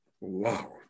wow